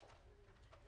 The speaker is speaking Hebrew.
בדיוק.